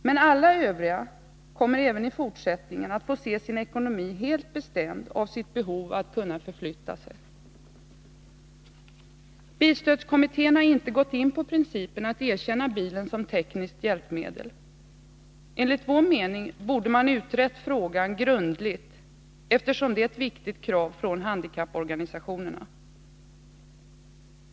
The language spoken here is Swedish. Men alla övriga kommer även i fortsättningen att få se sin ekonomi helt bestämd av sitt behov att kunna förflytta sig. Bilstödskommittén har inte gått in på principen att erkänna bilen som tekniskt hjälpmedel. Enligt vår mening borde man ha utrett frågan grundligt, eftersom det är ett viktigt krav från handikapporganisationerna.